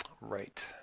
Right